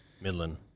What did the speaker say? Midland